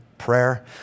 prayer